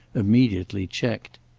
immediately checked.